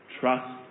Trust